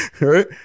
Right